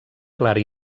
clara